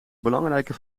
belangrijke